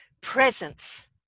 presence